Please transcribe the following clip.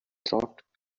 throat